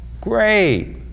great